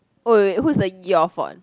oh wait wait who is the your fault